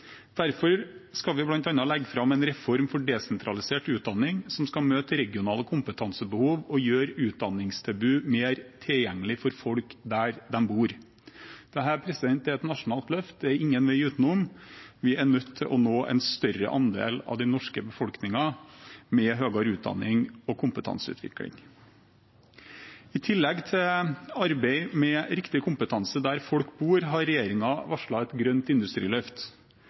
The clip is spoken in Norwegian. Derfor skal vi bl.a. legge fram en reform for desentralisert utdanning som skal møte regionale kompetansebehov og gjøre utdanningstilbud mer tilgjengelig for folk der de bor. Dette er et nasjonalt løft. Det er ingen vei utenom. Vi er nødt til å nå en større andel av den norske befolkningen med høyere utdanning og kompetanseutvikling. I tillegg til arbeidet med riktig kompetanse der folk bor, har regjeringen varslet et grønt industriløft,